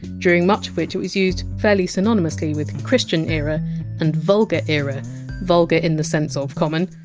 during much of which it was used fairly synonymously with christian era and vulgar era vulgar in the sense of common,